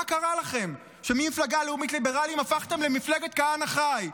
מה קרה לכם שממפלגה לאומית-ליברלית הפכתם למפלגת כהנא חי?